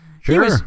Sure